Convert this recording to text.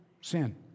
Sin